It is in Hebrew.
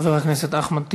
חבר הכנסת אחמד טיבי,